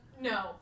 no